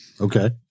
Okay